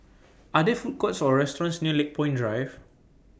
Are There Food Courts Or restaurants near Lakepoint Drive